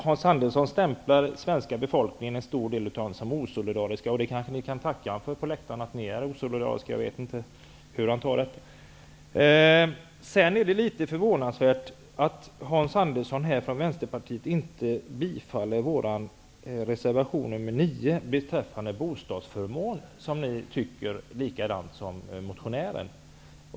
Hans Andersson stämplar en stor del av den svenska befolkningen som osolidarisk. Det kanske ni kan tacka för på läktaren, att ni är osolidariska. Jag vet inte hur han tar det. Det är litet förvånansvärt att Hans Andersson från beträffande bostadsförmåner. I det avseendet tycker ni likadant som motionären.